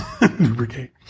Lubricate